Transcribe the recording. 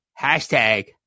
hashtag